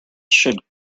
should